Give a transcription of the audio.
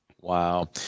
Wow